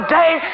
day